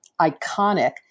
iconic